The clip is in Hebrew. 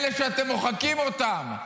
אלה שאתם מוחקים אותם.